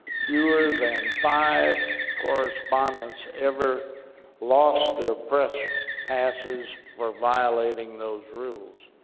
fewer than five correspondents, ever lost their press passes for violating those rules.